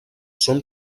són